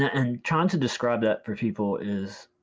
and trying to describe that for people is